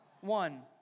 One